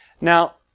Now